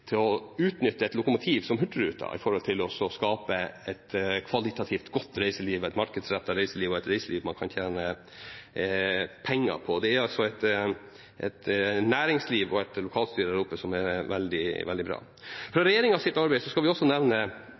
et markedsrettet reiseliv og et reiseliv man kan tjene penger på. Det er altså et næringsliv og et lokalstyre der oppe som er veldig bra. Fra regjeringens arbeid skal vi også nevne